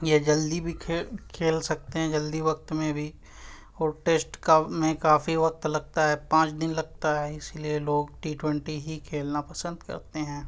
یہ جلدی بھی کھیل کھیل سکتے ہیں جلدی وقت میں بھی اور ٹیسٹ کا میں کافی وقت لگتا ہے پانچ دن لگتا ہے اسی لیے لوگ ٹی ٹونٹی ہی کھیلنا پسند کرتے ہیں